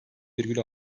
virgül